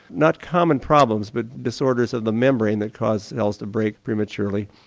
not common problems but disorders of the membrane that causes cells to break prematurely.